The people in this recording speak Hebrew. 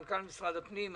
מנכ"ל משרד הפנים,